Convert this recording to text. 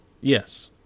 yes